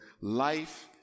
life